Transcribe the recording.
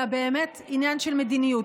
אלא הם באמת עניין של מדיניות.